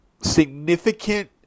significant